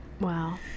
Wow